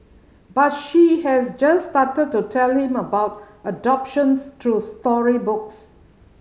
but she has just started to tell him about adoptions through storybooks